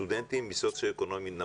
סטודנטים מסוציואקונומי נמוך.